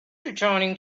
returning